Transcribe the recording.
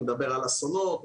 הוא מדבר על אסונות,